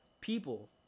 people